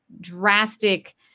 drastic